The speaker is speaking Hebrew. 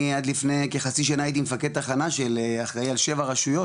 אני עד לפני כחצי שנה הייתי מפקד תחנה של אחראי על שבע רשויות